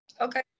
Okay